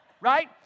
Right